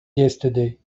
yesterday